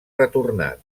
retornat